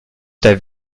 der